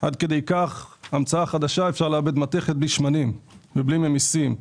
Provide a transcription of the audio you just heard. כי אפשר לעבד מתכת בלי שמנים, בלי ממסים.